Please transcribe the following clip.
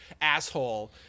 asshole